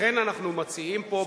לכן אנחנו מציעים פה,